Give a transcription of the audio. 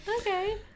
Okay